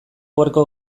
gaurko